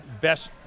best